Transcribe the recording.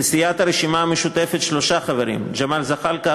לסיעת הרשימה המשותפת שלושה חברים: ג'מאל זחאלקה,